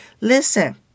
Listen